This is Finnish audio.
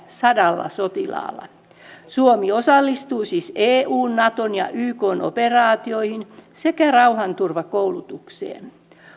sadalla sotilaalla suomi osallistuu siis eun naton ja ykn operaatioihin sekä rauhanturvakoulutukseen